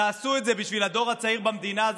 תעשו את זה בשביל הדור הצעיר במדינה הזאת,